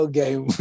game